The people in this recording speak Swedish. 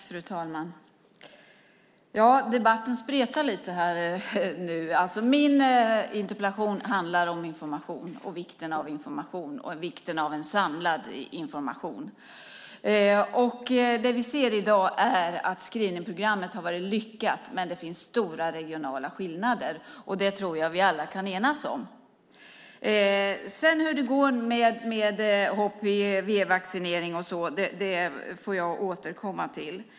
Fru talman! Debatten spretar litet nu. Min interpellation handlar om information och vikten av en samlad information. Det vi ser i dag är att screeningprogrammet har varit lyckat, men det finns stora regionala skillnader. Det tror jag att vi alla kan enas om. Hur det går med HPV-vaccinering och sådant får jag återkomma till.